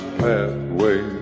pathway